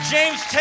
James